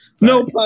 no